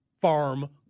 farm